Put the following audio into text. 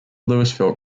louisville